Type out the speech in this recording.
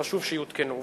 חשוב שיותקנו.